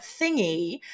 thingy